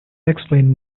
explain